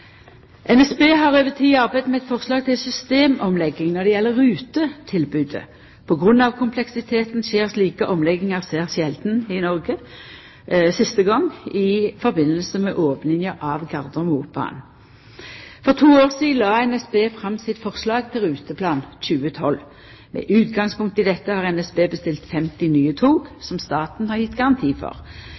NSB har over tid arbeidd med eit forslag til systemomlegging når det gjeld rutetilbodet. På grunn av kompleksiteten skjer slike omleggingar svært sjeldan i Noreg, siste gong i samband med opninga av Gardermobanen. For to år sidan la NSB fram sitt forslag til ruteplan for 2012. Med utgangspunkt i dette har NSB bestilt 50 nye tog som staten har gjeve garanti for.